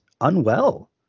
unwell